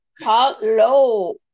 Hello